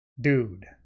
Dude